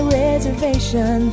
reservation